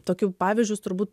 tokiu pavyzdžius turbūt